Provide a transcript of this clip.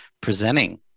presenting